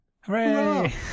Hooray